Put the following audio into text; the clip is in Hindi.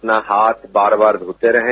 अपना हाथ बार बार धोते रहें